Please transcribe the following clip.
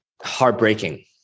heartbreaking